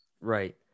Right